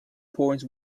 poems